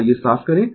आइये साफ करें